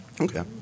Okay